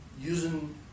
using